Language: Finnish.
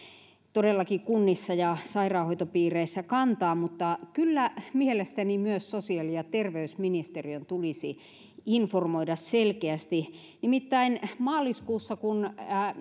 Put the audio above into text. todellakin kunnissa ja sairaanhoitopiireissä kantaa mutta kyllä mielestäni myös sosiaali ja terveysministeriön tulisi informoida selkeästi nimittäin maaliskuussa kun